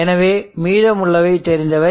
எனவே மீதமுள்ளவை தெரிந்தவை